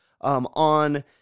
on